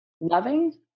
loving